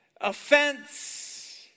offense